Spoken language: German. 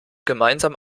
gemeinsam